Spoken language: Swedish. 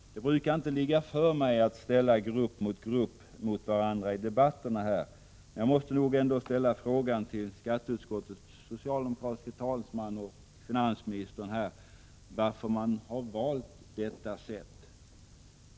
Det brukar inte ligga för mig att ställa grupper mot varandra i debatterna, men jag måste fråga skatteutskottets socialdemokratiske talesman och finansministern varför man valt denna väg.